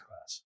class